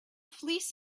fleece